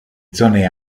zone